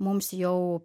mums jau